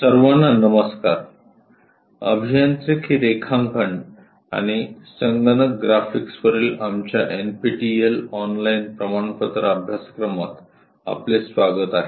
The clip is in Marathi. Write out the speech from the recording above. सर्वांना नमस्कार अभियांत्रिकी रेखांकन आणि संगणक ग्राफिक्सवरील आमच्या एनपीटीईएल ऑनलाईन प्रमाणपत्र अभ्यासक्रमात आपले स्वागत आहे